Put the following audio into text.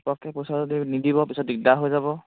পটকে পইচা যদি নিদিব পিছত দিগদাৰ হৈ যাব